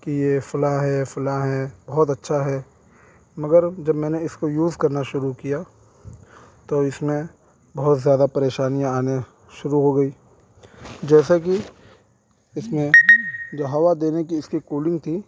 کہ یہ فلاں ہے فلاں ہے بہت اچھا ہے مگر جب میں نے اس کو یوز کرنا شروع کیا تو اس میں بہت زیادہ پریشانیاں آنا شروع ہو گئیں جیسا کہ اس میں جو ہوا دینے کی اس کی کولنگ تھی